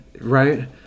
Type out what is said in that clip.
right